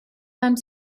time